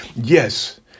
Yes